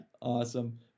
Awesome